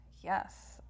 Yes